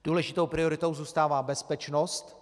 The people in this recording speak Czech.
Důležitou prioritou zůstává bezpečnost.